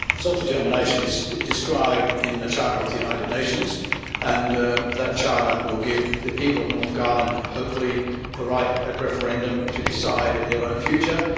self-determination is described in the charter of the united nations and that charter will give the people of norfolk island hopefully the right at referendum to decide their own future,